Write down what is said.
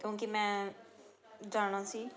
ਕਿਉਂਕਿ ਮੈਂ ਜਾਣਾ ਸੀ